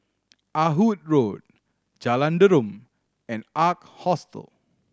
Ah Hood Road Jalan Derum and Ark Hostel